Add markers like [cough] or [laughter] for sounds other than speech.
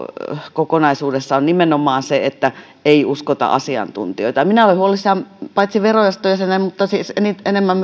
kokonaisuudessa on nimenomaan se että ei uskota asiantuntijoita minä olen huolissani paitsi verojaoston jäsenenä mutta enemmän [unintelligible]